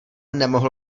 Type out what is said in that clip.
nemohl